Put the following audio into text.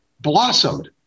blossomed